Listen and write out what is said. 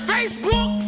Facebook